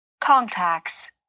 Contacts